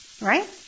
Right